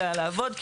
אלא לעבוד,